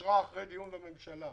ואושרה אחרי דיון בממשלה